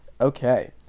Okay